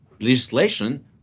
legislation